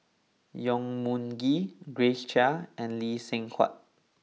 Yong Mun Chee Grace Chia and Lee Seng Huat